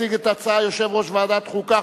יציג את ההצעה יושב-ראש ועדת החוקה,